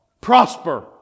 Prosper